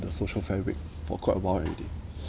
the social fabric for quite a while already